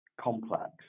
complex